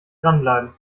dranbleiben